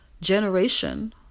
generation